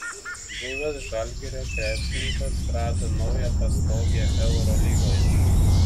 buvęs žalgirio krepšininkas rado naują pastogę eurolygoje